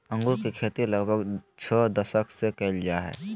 अंगूर के खेती लगभग छो दशक से कइल जा हइ